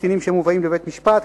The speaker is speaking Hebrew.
לקטינים שמובאים לבית-משפט,